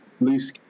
loose